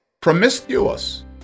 promiscuous